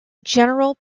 general